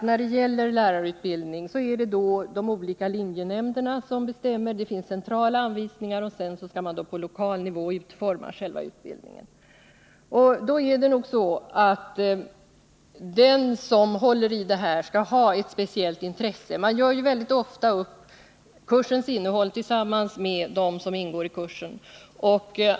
När det gäller lärarutbildningen framhåller utskottet att de olika linjenämnderna svarar för den lokala planeringen. Det finns centrala anvisningar. Sedan skall själva utbildningen utformas på lokal nivå. Den som håller i detta måste ha ett speciellt intresse. Ofta gör man upp kursens innehåll med dem som ingår i kursen.